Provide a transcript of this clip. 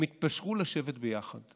הם התפשרו לשבת ביחד.